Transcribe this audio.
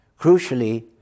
Crucially